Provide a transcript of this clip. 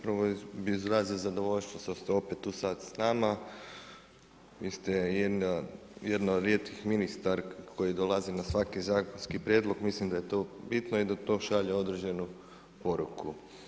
Prvo bih izrazio zadovoljstvo što ste opet tu sad s nama, vi ste jedna od rijetkih ministarka koja dolazi na svaki zakonski prijedlog mislim da je to bitno i da to šalje određenu poruku.